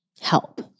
help